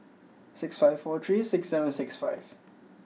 six five four three six seven six five